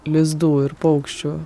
lizdų ir paukščių